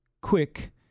quick